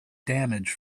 damage